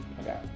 Okay